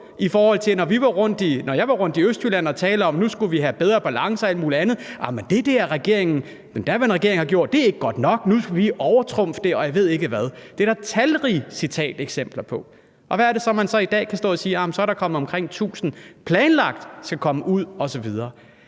og overbød, når jeg var rundt i Østjylland for at tale om, at nu skulle vi have bedre balance og alt muligt andet: Jamen det der, den daværende regering har gjort, er ikke godt nok, og nu vil vi overtrumfe det, og jeg ved ikke hvad. Det er der talrige citateksempler på. Og hvad er det så, man i dag kan stå og sige? Jamen så er der planlagt omkring 1.000 til at komme ud osv.